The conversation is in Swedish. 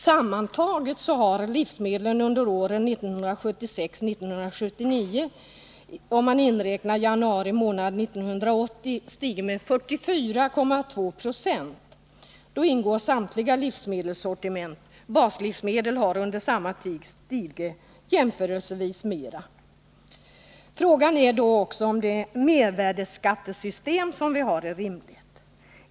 Sammantaget har livsmedlen under åren 1976-1979, om man räknar in januari 1980, stigit med 44,2 Ze. Då ingår samtliga livsmedelssortiment. Baslivsmedlen har under samma tid stigit jämförelsevis mera. Frågan är också om det mervärdeskattesystem vi har är rimligt.